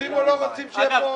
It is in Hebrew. רוצים או לא רוצים שיהיה פה מפעל?